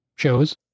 Shows